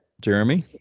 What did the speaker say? Jeremy